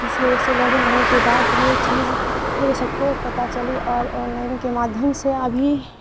جس کی وجہ سے لاک ڈاؤن لگنے کے بعد یہ چیز وہ سب کو پتہ چلی اور آن لائن کے مادھیم سے ابھی